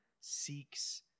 seeks